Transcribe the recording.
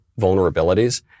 vulnerabilities